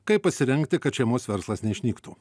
kaip pasirengti kad šeimos verslas neišnyktų